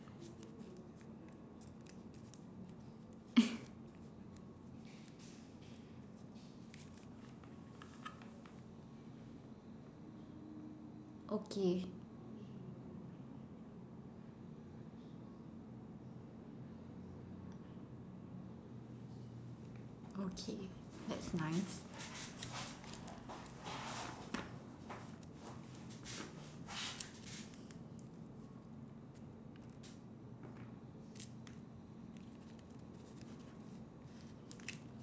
okay okay that's nice